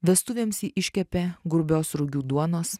vestuvėms ji iškepė grubios rugių duonos